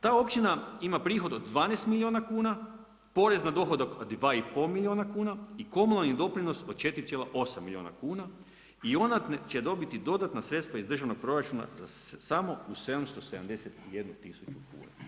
Ta općina ima prihod od 12 milijuna kuna, porez na dohodak od 2,5 milijuna kuna i komunalni doprinos od 4,8 milijuna kuna i ona će dobiti dodatna sredstva iz državnog proračuna za samo u 771000 kuna.